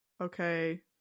Okay